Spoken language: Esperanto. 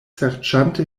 serĉante